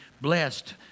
blessed